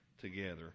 together